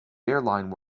airline